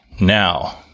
Now